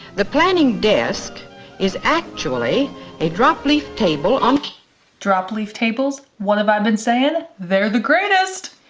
the planning desk is actually a drop leaf table on drop leaf tables, what have i been saying? they're the greatest.